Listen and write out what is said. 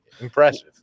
Impressive